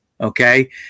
okay